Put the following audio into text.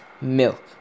milk